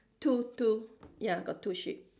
two two ya got two sheep